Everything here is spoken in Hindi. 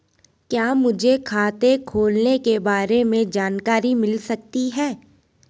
क्या मुझे खाते खोलने के बारे में जानकारी मिल सकती है?